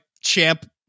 champ